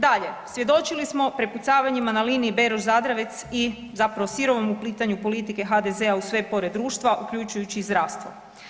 Dalje, svjedočili smo prepucavanjima na liniji Beroš-Zadravec i zapravo sirovom uplitanju politike HDZ-a u sve pore društva, uključujući i zdravstvo.